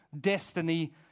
destiny